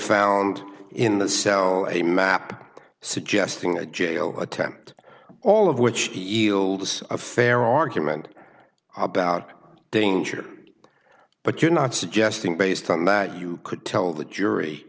found in the cell a map suggesting a jail attempt all of which yields a fair argument about danger but you're not suggesting based on that you could tell the jury